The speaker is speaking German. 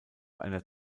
einer